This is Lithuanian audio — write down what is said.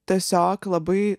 tiesiog labai